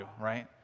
right